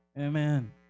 amen